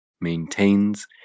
maintains